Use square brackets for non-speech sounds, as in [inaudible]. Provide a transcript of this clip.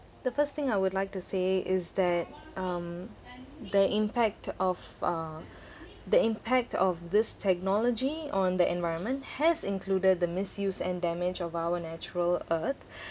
the first thing I would like to say is that um the impact of uh [breath] the impact of this technology on the environment has included the misuse and damage of our natural earth